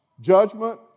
judgment